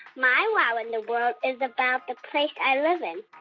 my wow in the world is about the place i live in.